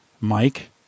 Mike